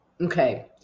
Okay